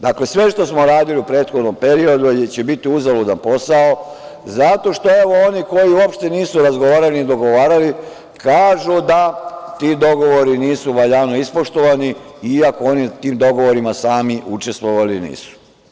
Dakle, sve što smo radili u prethodnom periodu će biti uzaludan posao zato što oni koji uopšte nisu razgovarali ni dogovarali kažu da ti dogovori nisu valjano ispoštovani, iako oni u tim dogovorima sami učestvovali nisu.